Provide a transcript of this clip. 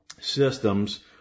systems